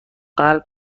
قلب